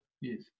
Yes